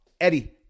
Eddie